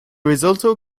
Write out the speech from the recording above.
rezulto